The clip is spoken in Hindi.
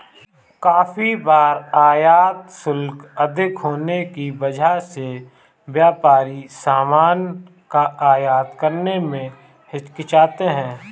काफी बार आयात शुल्क अधिक होने की वजह से व्यापारी सामान का आयात करने में हिचकिचाते हैं